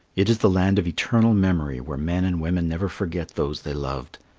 it is the land of eternal memory where men and women never forget those they loved.